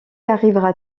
arrivera